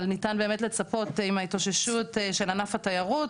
אבל ניתן באמת לצפות עם ההתאוששות של ענף התיירות